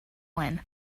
when